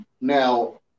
Now